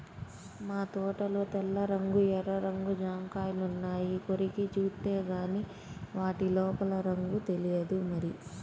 మా తోటలో తెల్ల రంగు, ఎర్ర రంగు జాంకాయలున్నాయి, కొరికి జూత్తేగానీ వాటి లోపల రంగు తెలియదు మరి